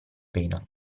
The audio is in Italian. pena